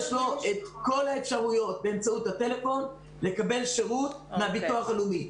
יש להם אפשרות באמצעות הטלפון לקבל שירות מהביטוח הלאומי.